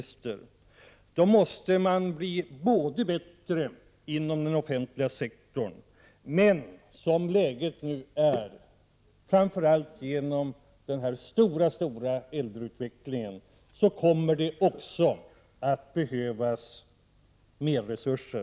Skall detta lyckas, herr talman och herr civilminister, måste den offentliga sektorn bli bättre. Men som läget nu är, framför allt genom den kraftiga äldreutvecklingen, kommer det också att behövas mer resurser.